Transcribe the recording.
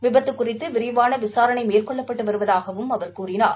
விபத்து குறித்து விரிவான விசாரணை மேற்கொள்ளப்பட்டு வருவதாகவும் அவர் கூறினார்